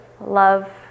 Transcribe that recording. love